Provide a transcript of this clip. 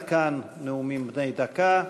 עד כאן נאומים בני דקה.